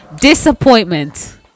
disappointment